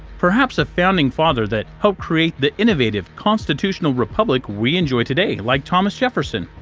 perhaps a founding father that helped create the innovative constitutional republic we enjoy today, like thomas jefferson?